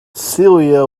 celia